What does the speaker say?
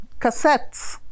cassettes